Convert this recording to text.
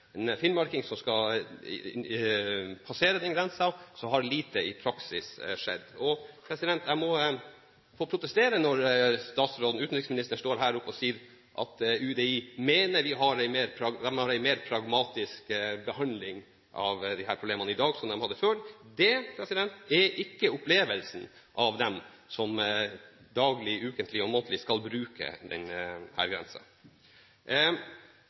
finnmarking som skal passere grensen, har lite i praksis skjedd. Jeg må få protestere når utenriksministeren står her oppe og sier at UDI mener de har en mer pragmatisk behandling av disse problemene i dag enn de hadde før. Det er ikke opplevelsen hos dem som daglig, ukentlig og månedlig skal bruke